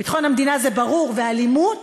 ביטחון המדינה זה ברור, ואלימות